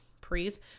please